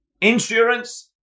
insurance